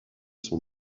sont